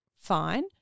fine